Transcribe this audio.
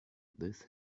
this